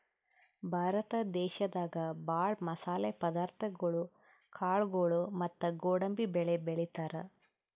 ಭಾರತ ದೇಶದಾಗ ಭಾಳ್ ಮಸಾಲೆ ಪದಾರ್ಥಗೊಳು ಕಾಳ್ಗೋಳು ಮತ್ತ್ ಗೋಡಂಬಿ ಬೆಳಿ ಬೆಳಿತಾರ್